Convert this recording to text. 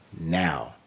now